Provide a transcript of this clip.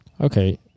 okay